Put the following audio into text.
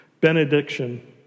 benediction